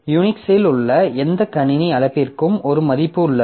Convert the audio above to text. Unix இல் உள்ள எந்த கணினி அழைப்பிற்கும் ஒரு மதிப்பு உள்ளது